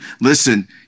Listen